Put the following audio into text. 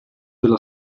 della